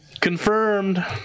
Confirmed